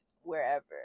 wherever